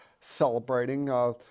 celebrating